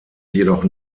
jedoch